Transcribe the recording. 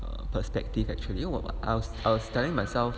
a perspective actually 因为我 I was I was telling myself